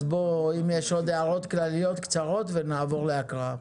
אז אם יש עוד הערות כלליות קצרות ונעבור להקראה.